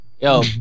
yo